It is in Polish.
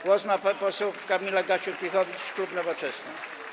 Głos ma poseł Kamila Gasiuk-Pihowicz, klub Nowoczesna.